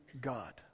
God